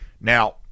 Now